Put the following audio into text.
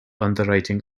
underwriting